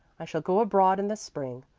i shall go abroad in the spring.